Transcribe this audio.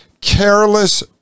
careless